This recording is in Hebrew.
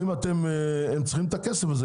הם השקיעו את הכסף,